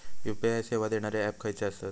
UPI सेवा देणारे app खयचे आसत?